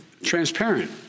transparent